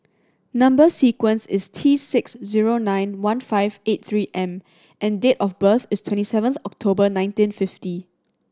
number sequence is T six zero nine one five eight Three M and date of birth is twenty seventh October nineteen fifty